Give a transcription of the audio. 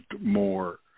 more